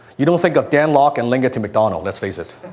you don't think of dan lok and link it to mcdonald. let's face it.